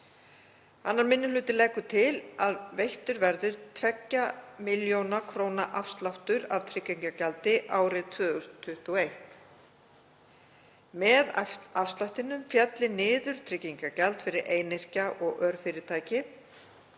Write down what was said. Annar minni hluti leggur til að veittur verði 2 millj. kr. afsláttur af tryggingagjaldi árið 2021. Með afslættinum félli niður tryggingagjald fyrir einyrkja og örfyrirtæki.